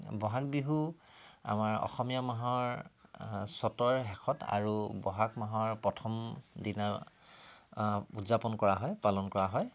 বহাগ বিহু আমাৰ অসমীয়া মাহৰ চ'তৰ শেষত আৰু বহাগ মাহৰ প্ৰথম দিনা উদযাপন কৰা হয় পালন কৰা হয়